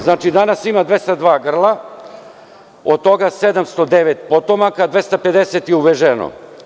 Znači, danas ima 202 grla, od toga 709 potomaka, 250 je uveženo.